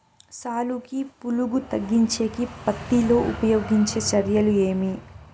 సాలుకి పులుగు తగ్గించేకి పత్తి లో ఉపయోగించే చర్యలు ఏమి?